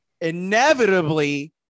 inevitably